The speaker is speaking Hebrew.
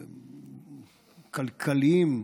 כלכליים,